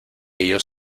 ellos